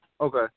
Okay